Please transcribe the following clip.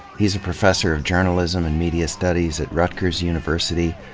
he's a professor of journalism and media studies at rutgers university,